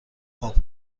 پاپ